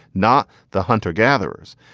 not the hunter-gatherers.